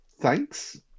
thanks